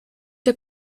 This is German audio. der